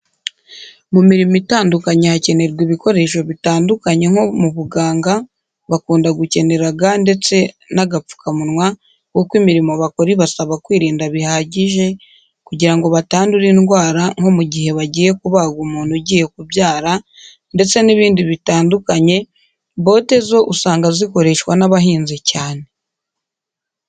Mu mirimo itandukanye hakenerwa ibikoresho bitandukanya nko mu buganga bakunda gukenera ga ndetse n'agapfukamunwa kuko imirimo bakora ibasaba kwirinda bihagije kugira ngo batandura indwara nko mu gihe bagiye kubaga umuntu ugiye kubyara ndetse n'ibindi bitandukanye, bote zo usanga zikoreshwa n'abahinzi cyane.